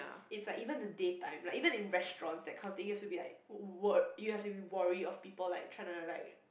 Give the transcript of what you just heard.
it's like even the daytime like even in restaurants that kind of thing you have to be like wor~ you have be wary of people like trying to like